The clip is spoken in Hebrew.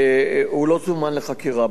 הוא לא זומן לחקירה.